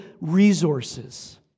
resources